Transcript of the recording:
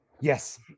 yes